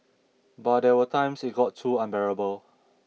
but there were times it got too unbearable